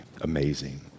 amazing